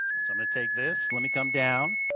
so going to take this, let me come down.